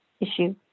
issue